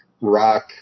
rock